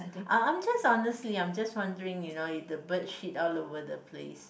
uh I'm just honestly I'm just wondering you know if the bird shit all over the place